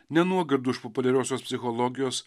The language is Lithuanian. ne nuogirdų iš populiariosios psichologijos